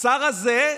השר הזה,